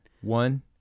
One